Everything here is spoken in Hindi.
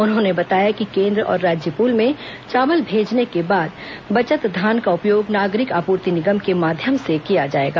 उन्होंने बताया कि केंद्र और राज्य पूल में चावल भेजने के बाद बचत धान का उपयोग नागरिक आपूर्ति निगम के माध्यम से किया जाएगा